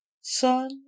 son